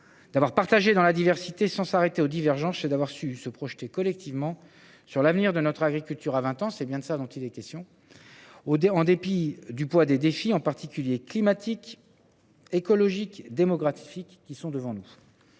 d’avoir échangé dans la diversité, sans s’arrêter aux divergences, et d’avoir su se projeter collectivement sur l’avenir de notre agriculture à l’horizon de vingt ans, en dépit du poids des défis, en particulier climatiques, écologiques et démographiques qui sont devant nous.